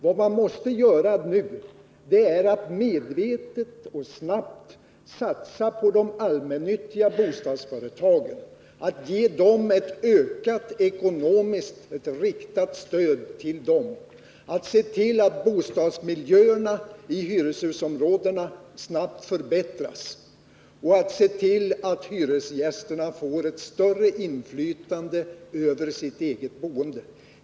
Vad man måste göra nu är att medvetet och skyndsamt satsa på de allmännyttiga bostadsföretagen genom ett ökat och riktat ekonomiskt stöd, att se till att bostadsmiljöerna och hyreshusområdena snabbt förbättras och att tillförsäkra hyresgästerna ett större inflytande över det egna boendet.